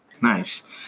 Nice